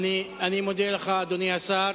אני מודה לך, אדוני השר.